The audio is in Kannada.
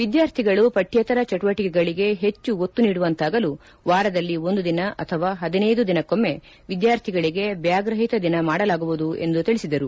ವಿದ್ಯಾರ್ಥಿಗಳು ಪಠ್ನೇತರ ಚಟುವಟಿಕೆಗಳಿಗೆ ಹೆಚ್ಚು ಒತ್ತು ನೀಡುವಂತಾಗಲು ವಾರದಲ್ಲಿ ಒಂದು ದಿನ ಅಥವಾ ಪದಿನೈದು ದಿನಕೊಮ್ಮೆ ವಿದ್ಯಾರ್ಥಿಗಳಿಗೆ ಬ್ಯಾಗ್ ರಹಿತ ದಿನ ಮಾಡಲಾಗುವುದು ಎಂದು ತಿಳಿಸಿದರು